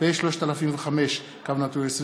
פ/3005/20,